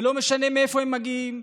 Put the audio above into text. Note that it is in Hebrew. ולא משנה מאיפה הם מגיעים,